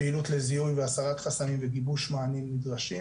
פעילות לזיהוי והסרת חסמים וגיבוש מענים נדרשים,